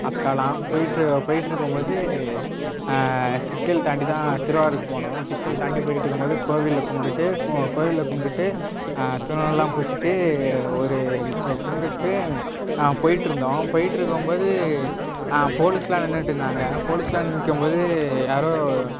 அக்காலாம் போயிட்டு போயிட்டு இருக்கும் போது சிக்கல் தாண்டி தான் திருவாரூர்க்கு போனோம் சிக்கல் தாண்டி போயிட்டு இருக்கும் போது கோவிலில் கும்பிடுட்டு கோ கோவிலில் கும்பிடுட்டு திர்னூருலாம் பூசிட்டு ஒரு கும்பிடுட்டு போயிட்டு இருந்தோம் போயிட்டுருக்கும் போது போலீஸ்லாம் நின்றுட்டு இருந்தாங்க போலீஸ்லாம் நிற்கும் போது யாரோ